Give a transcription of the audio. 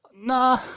Nah